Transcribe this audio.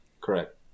Correct